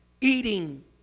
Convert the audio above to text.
eating